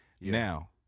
Now